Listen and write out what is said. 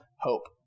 hope